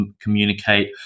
communicate